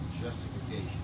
justification